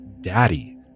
daddy